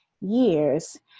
years